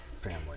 family